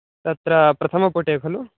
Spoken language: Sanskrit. तत्र प्रथमपुटे खलु